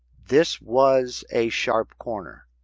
this was a sharp corner,